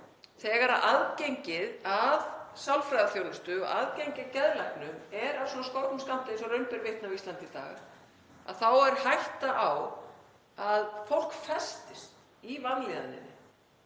þegar aðgengið að sálfræðiþjónustu og aðgengi að geðlæknum er af svona skornum skammti, eins og raun ber vitni á Íslandi í dag, þá er hætta á að fólk festist í vanlíðan.